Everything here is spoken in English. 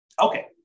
Okay